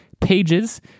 pages